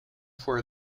for